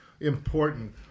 important